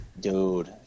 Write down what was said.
Dude